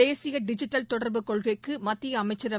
தேசிய டிஜிட்டல் தொடர்பு கொள்கைக்கு மத்திய அமைச்சரவை